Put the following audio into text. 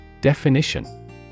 Definition